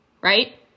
right